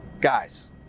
guys